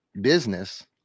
business